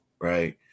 right